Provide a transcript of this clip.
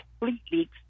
completely